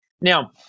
Now